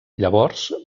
llavors